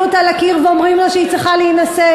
אותה לקיר ואומרים לה שהיא צריכה להינשא?